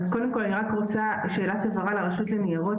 אז קודם כל אני רק רוצה שאלת הבהרה לרשות לניירות